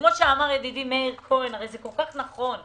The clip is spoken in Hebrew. כפי שאמר ידידי מאיר כהן זה כל כך נכון.